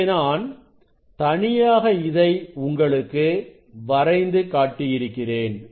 இங்கே நான் தனியாக இதை உங்களுக்கு வரைந்து காட்டியிருக்கிறேன்